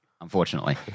Unfortunately